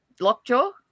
lockjaw